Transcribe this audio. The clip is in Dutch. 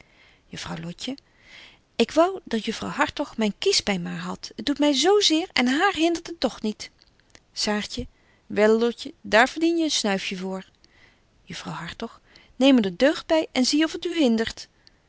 ik wou dat juffrouw hartog myn kiespyn maar hadt het doet my z zeer en haar hindert het toch niet saartje wel lotje daar verdien je een snuifje voor juffrouw hartog neem er de deugd by en zie of t u hindert